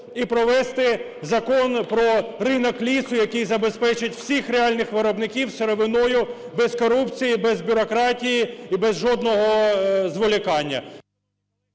і провести Закон про ринок лісу, який забезпечить всіх реальних виробників сировиною без корупції, без бюрократії і без жодного зволікання.